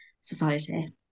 society